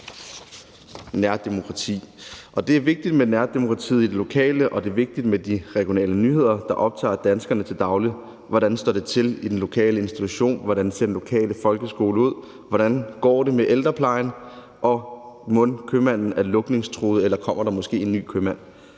Det er vigtigt med nærdemokratiet i det lokale, og det er vigtigt med de regionale nyheder, der optager danskerne til daglig. Hvordan står det til i den lokale institution? Hvordan ser den lokale folkeskole ud? Hvordan går det med ældreplejen? Og er købmanden mon lukningstruet, eller kommer der måske en ny købmand?